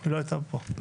היא לא הייתה כאן.